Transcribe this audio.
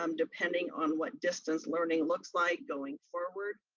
um depending on what distance learning looks like going forward,